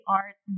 art